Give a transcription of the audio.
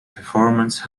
performance